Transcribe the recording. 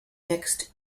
mixed